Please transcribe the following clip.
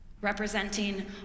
Representing